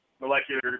molecular